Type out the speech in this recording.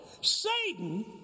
Satan